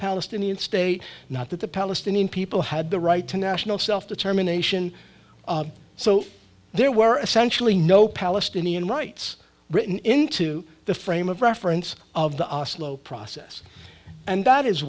palestinian state not that the palestinian people had the right to national self determination so there were essentially no palestinian rights written into the frame of reference of the oslo process and that is